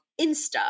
Insta